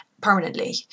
permanently